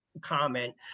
comment